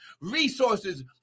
Resources